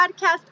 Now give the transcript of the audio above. podcast